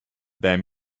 their